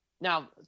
Now